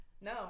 No